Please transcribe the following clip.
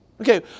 Okay